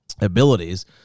abilities